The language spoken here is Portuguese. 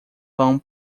vão